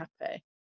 happy